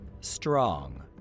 strong